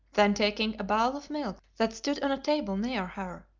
then taking a bowl of milk that stood on a table near her,